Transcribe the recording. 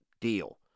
deal